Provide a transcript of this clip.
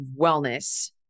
wellness